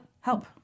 Help